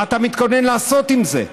מה אתה מתכוון לעשות עם זה?